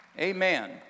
Amen